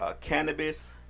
cannabis